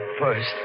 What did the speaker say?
first